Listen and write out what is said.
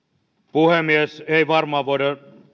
puhemies ei varmaan voida